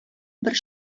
бер